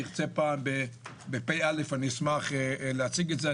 אם תרצה פעם בפגישה אישית, אשמח להציג את זה.